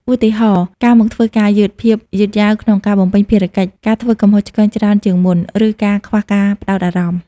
ឧទាហរណ៍ ការមកធ្វើការយឺត ភាពយឺតយ៉ាវក្នុងការបំពេញភារកិច្ច ការធ្វើកំហុសឆ្គងច្រើនជាងមុន ឬការខ្វះការផ្តោតអារម្មណ៍។